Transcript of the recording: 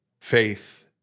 faith